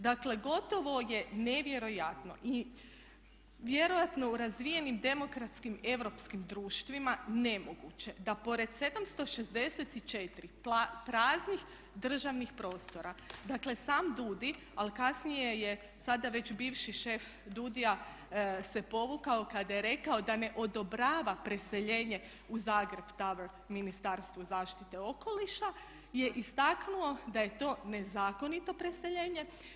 Dakle gotovo je nevjerojatno i vjerojatno u razvijenim demokratskim europskim društvima nemoguće da pored 764 praznih državnih prostora, dakle sam DUDI ali kasnije je sada već bivši šef DUDI-ja se povukao kada je rekao da ne odobrava preseljenje u Zagreb Tower Ministarstvu zaštite okoliša je istaknuo da je to nezakonito preseljenje.